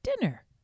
dinner